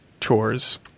chores